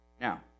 Now